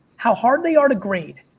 how hard they are to grade,